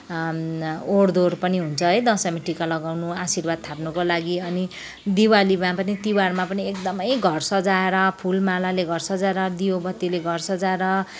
ओहोर दोहोर पनि हुन्छ है दसैँमा टिका लगाउन आशीर्वाद थाप्नको लागि अनि दिवालीमा पनि तिहारमा पनि एकदमै घर सजाएर फुलमालाले घर सजाएर दियो बत्तिले घर सजाएर